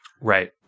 right